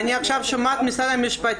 אני עכשיו שומעת את ההפך ממשרד המשפטים.